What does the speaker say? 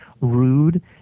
rude